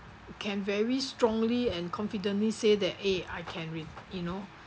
can very strongly and confidently say that eh I can re~ you know